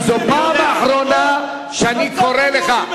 אלא מסיבות